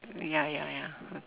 ya ya ya